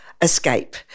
escape